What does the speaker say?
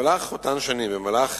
במהלך אותן שנים, במהלך